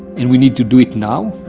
and we need to do it now,